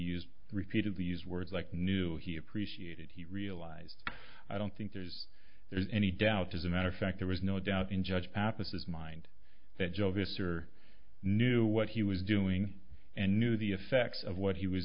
used repeatedly use words like knew he appreciated he realized i don't think there's there's any doubt as a matter of fact there was no doubt in judge pappas is mind that joe visser knew what he was doing and knew the effects of what he was